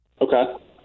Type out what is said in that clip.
Okay